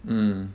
mm